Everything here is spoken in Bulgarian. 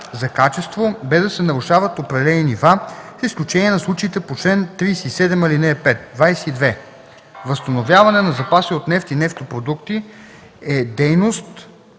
за качество, без да се нарушават определените нива, с изключение на случаите по чл. 37, ал. 5. 22. „Възстановяване на запаси от нефт и нефтопродукти” е дейност